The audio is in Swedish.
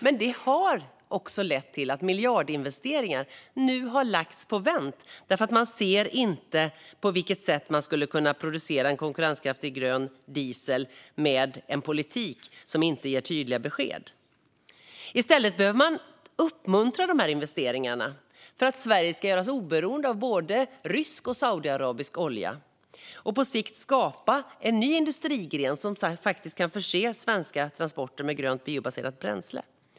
Men det leder också till att miljardinvesteringar sätts på vänt eftersom företagen inte ser hur de ska kunna producera konkurrenskraftig grön diesel när politiken inte ger tydliga besked. Politiken bör i stället uppmuntra dessa investeringar så att Sverige görs oberoende av både rysk och saudiarabisk olja och så att det på sikt skapas en ny industrigren som kan förse svenska transporter med grönt biobaserat bränsle.